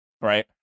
Right